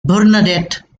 bernadette